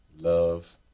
Love